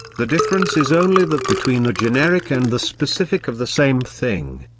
the difference is only that between the generic and the specific of the same thing.